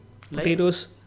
potatoes